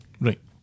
Right